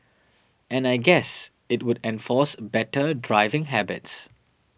and I guess it would enforce better driving habits